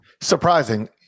surprising